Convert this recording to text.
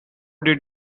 did